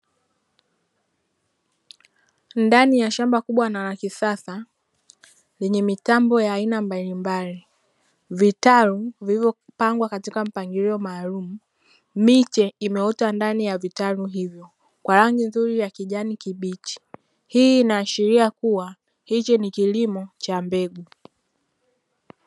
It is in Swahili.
Ndani ya shamba kubwa na la kisasa lenye mitambo ya aina mbalimbali vitalu vilivyopangwa katika mpangilio maalum, miche imeota ndani ya vitalu hivyo hii inaashiria kuwa hiki ni kilimo cha mbegu.